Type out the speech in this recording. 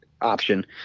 option